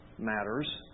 Matters